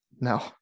No